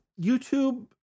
YouTube